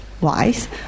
Wise